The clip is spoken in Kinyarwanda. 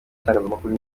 itangazamakuru